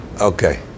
Okay